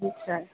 جی اچھا